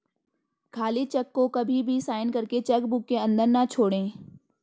खाली चेक को कभी भी साइन करके चेक बुक के अंदर न छोड़े